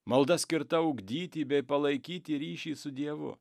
malda skirta ugdyti bei palaikyti ryšį su dievu